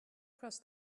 cross